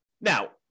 Now